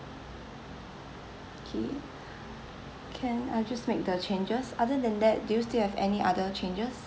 okay can I just make the changes other than that do you still have any other changes